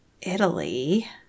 Italy